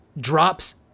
drops